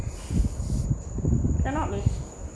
cannot leh